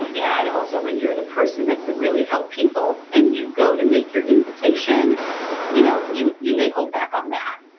and and also when you're the person that could really help people and you go to make your invitation you know you you may hold back on that.